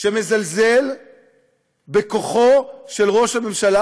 שמזלזל בכוחו של ראש הממשלה,